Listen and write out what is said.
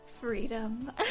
freedom